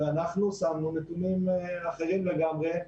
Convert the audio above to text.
ואנחנו שמנו נתונים אחרים לגמרי.